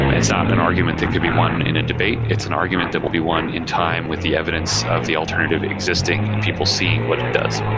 it's not an argument that could be one in a debate. it's an argument that will be one in time with the evidence of the alternative existing and people seeing what it does.